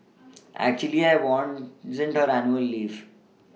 actually I want annual leave